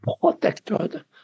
protected